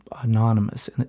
anonymous